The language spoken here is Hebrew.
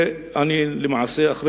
אחרי